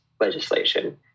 legislation